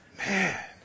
Man